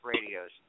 Radio's